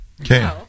okay